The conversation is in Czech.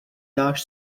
náš